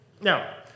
Now